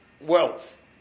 wealth